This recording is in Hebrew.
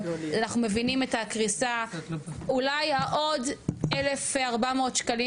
אנחנו מבינים את הקריסה אולי העוד 1,400 ₪,